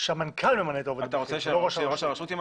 שהמנכ"ל ממנה.